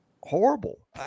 horrible